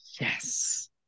Yes